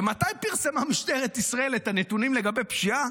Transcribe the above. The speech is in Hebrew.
ומתי פרסמה משטרת ישראל את הנתונים לגבי פשיעה